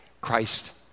Christ